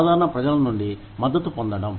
సాధారణ ప్రజల నుండి మద్దతు పొందడం